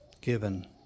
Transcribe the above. given